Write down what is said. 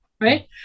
right